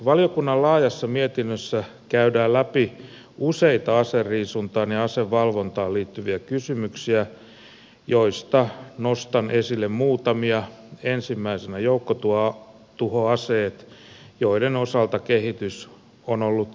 valiokunnan laajassa mietinnössä käydään läpi useita aseriisuntaan ja asevalvontaan liittyviä kysymyksiä joista nostan esille muutamia ensimmäisenä joukkotuhoaseet joiden osalta kehitys on ollut vaihtelevaa